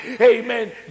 amen